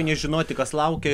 nežinoti kas laukia